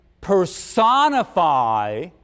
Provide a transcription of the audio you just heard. personify